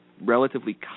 relatively